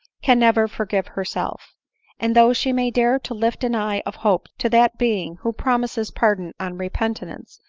can never forgive herself and though she may dare to lift an eye of hope to that being who promises pardon on repentance,